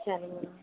சரிங்க அண்ணா